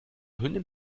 hündin